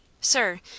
Sir